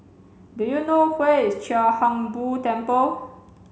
do you know where is Chia Hung Boo Temple